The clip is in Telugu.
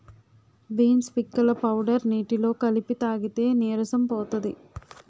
బీన్స్ పిక్కల పౌడర్ నీటిలో కలిపి తాగితే నీరసం పోతది